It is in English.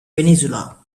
venezuela